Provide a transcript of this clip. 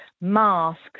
masks